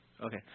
okay